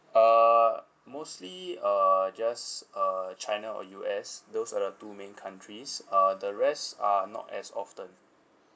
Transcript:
uh mostly uh just uh china or U_S those are the two main countries uh the rest are not as often